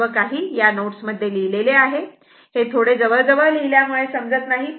हे सर्व काही या नोट्स मध्ये लिहिलेले आहे हे थोडे जवळजवळ लिहिल्यामुळे समजत नाही